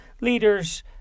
leaders